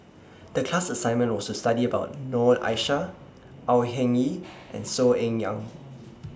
The class assignment was to study about Noor Aishah Au Hing Yee and Saw Ean Ang